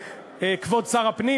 כבוד שר הפנים.